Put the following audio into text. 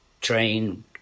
train